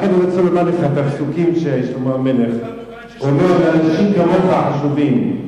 אני רוצה לומר לך את הפסוקים ששלמה המלך אומר על אנשים כמוך חשובים: